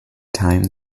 time